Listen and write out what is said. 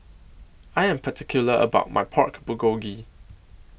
I Am particular about My Pork Bulgogi